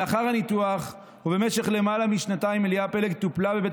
לאחר הניתוח ובמשך למעלה משנתיים אליה פלג טופלה בבית